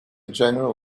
general